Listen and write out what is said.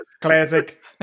Classic